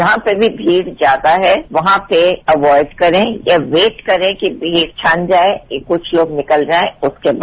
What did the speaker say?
जहां पर भी भीड़ ज्यादा है वहां पर अवाइड करें या वेट करें कि भीड़ छन जाएं कि कुछ लोग निकल जाएं उसके बाद